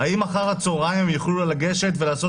האם אחר הצוהריים הם יוכלו לגשת ולעשות